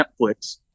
Netflix